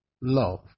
love